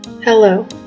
Hello